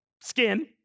skin